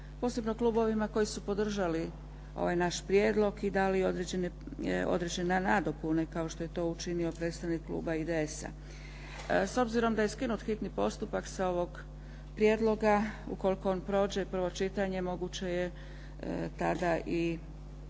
posebno klubovima koji su podržali ovaj naš prijedlog i dali određene nadopune, kao što je to učinio predstavnik kluba IDS-a. S obzirom da je skinut hitni postupak sa ovog prijedloga, ukoliko on prođe prvo čitanje, moguće je tada i